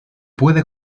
puede